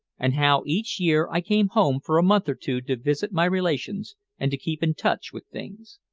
and how each year i came home for a month or two to visit my relations and to keep in touch with things.